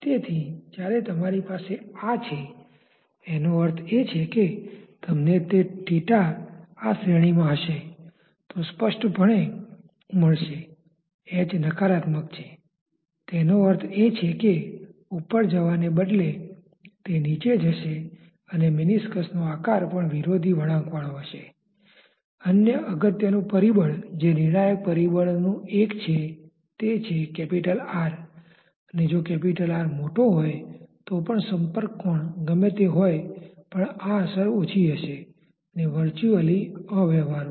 એક રસપ્રદ બાબત તમે અહીંથી નિહાળો છો કે અહીં ફક્ત વેગનો 'x' ઘટક છે અને મુક્ત પ્રવાહમાં વેગનો y ઘટક શૂન્ય 0 છે પરંતુ ત્યાં સપાટી AC તરફ આરપાર અમુક પ્રવાહ છે